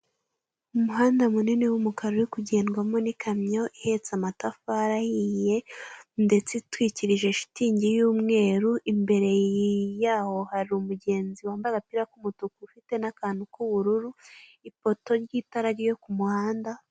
Umuhanda munini w'umukara uri kugendwamo n'ikamyo ihetse amatafari ahiye ndetse atwikirije shitingi y'umweru, imbere y'aho hari umugenzi wambaye agapira ku mutuku ufite n'akantu k'ubururu, ipoto ry'itara ryo ku muhanda.